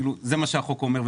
זה מה שהחוק אומר,